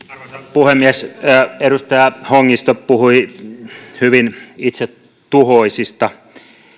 puhemies edustaja hongisto puhui hyvin itsetuhoisista